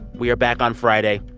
we are back on friday.